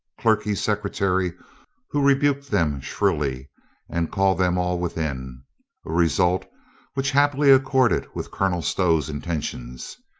clerkly secre tary who rebuked them shrilly and called them all within. a result which happily accorded with colonel stow's intentions.